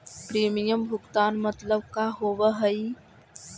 Premium भुगतान मतलब का होव हइ?